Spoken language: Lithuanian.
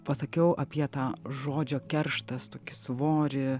pasakiau apie tą žodžio kerštas tokį svorį